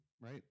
right